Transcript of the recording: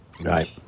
Right